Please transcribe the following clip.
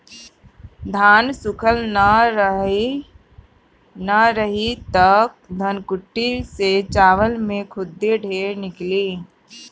धान सूखल ना रही त धनकुट्टी से चावल में खुद्दी ढेर निकली